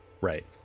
Right